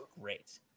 great